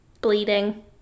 Bleeding